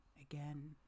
again